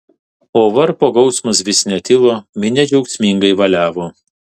o varpo gausmas vis netilo minia džiaugsmingai valiavo